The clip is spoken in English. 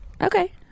Okay